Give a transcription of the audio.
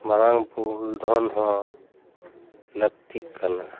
ᱢᱟᱨᱟᱝ ᱢᱩᱞ ᱫᱷᱚᱱ ᱦᱚᱸ ᱞᱟᱹᱠᱛᱤᱜ ᱠᱟᱱᱟ